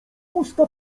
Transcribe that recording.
usta